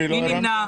מי נמנע?